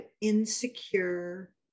insecure